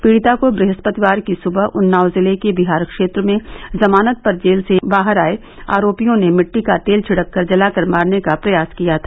पीड़िता को बृहस्पतिवार की सुबह उन्नाव जिले के बिहार क्षेत्र में जमानत पर जेल से बाहर आए आरोपियों ने मिट्टी का तेल छिड़ककर जलाकर मारने का प्रयास किया था